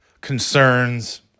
concerns